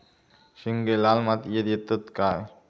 शेंगे लाल मातीयेत येतत काय?